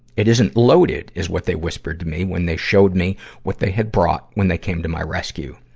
it isn't loaded, is what they whispered to me when they showed me what they had brought when they came to my rescue.